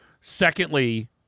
Secondly